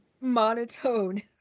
monotone